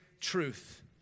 truth